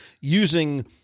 using